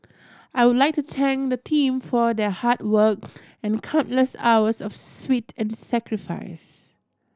I would like to thank the team for their hard work and countless hours of sweat and sacrifice